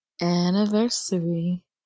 anniversary